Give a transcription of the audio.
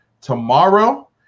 tomorrow